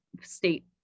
state